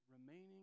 remaining